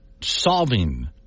solving